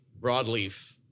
broadleaf